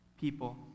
People